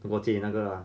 不过自己那个 lah